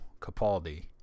Capaldi